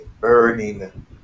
burning